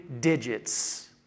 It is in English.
digits